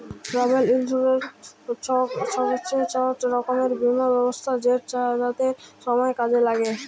travel insurance হছে ইক রকমের বীমা ব্যবস্থা যেট যাতায়াতের সময় কাজে ল্যাগে